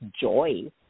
joy